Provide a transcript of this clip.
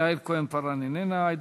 יעל כהן-פארן, אינה נוכחת.